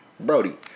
Brody